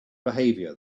behavior